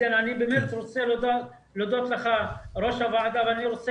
אני רוצה להודות לך ראש הוועדה אני רוצה